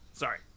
Sorry